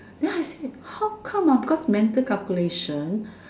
then I said how come on ah because mental calculation